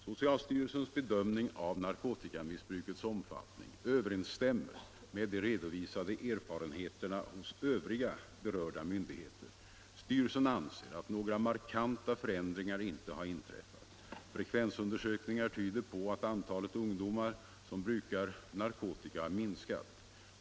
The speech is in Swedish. Socialstyrelsens bedömning av narkotikamissbrukets omfattning överensstämmer med de redovisade erfarenheterna hos övriga berörda myndigheter. Styrelsen anser att några markanta förändringar inte har inträffat. Frekvensundersökningar tyder på att antalet ungdomar som bru kar narkotika har minskat.